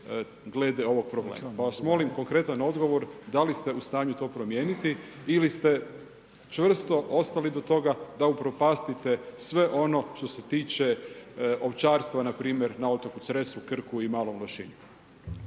glede ovog problema. Pa vas molim konkretan odgovor da li ste u stanju to promijeniti ili ste čvrsto ostali do toga da upropastite sve ono što se tiče ovčarstva npr. na otoku Cresu, Krku i Malom Lošinju?